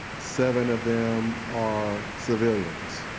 seven of them are civilians.